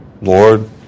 Lord